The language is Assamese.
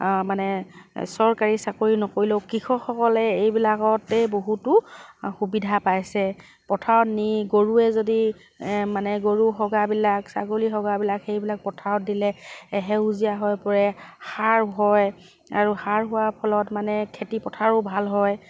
মানে চৰকাৰী চাকৰি নকৰিলেও কৃষকসকলে এইবিলাকতেই বহুতো সুবিধা পাইছে পথাৰত নি গৰুৱে যদি মানে গৰু হগাবিলাক ছাগলী হগাবিলাক সেইবিলাক পথাৰত দিলে সেউজীয়া হৈ পৰে সাৰ হয় আৰু সাৰ হোৱাৰ ফলত মানে খেতি পথাৰো ভাল হয়